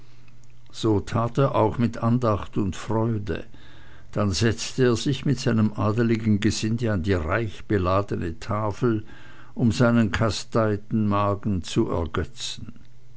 so tat er auch mit andacht und freude dann setzte er sich mit seinem adeligen gesinde an die reich beladene tafel um seinen kasteiten magen zu ergötzen